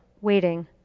waiting